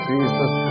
Jesus